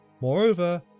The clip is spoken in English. Moreover